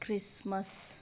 Christmas